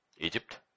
Egypt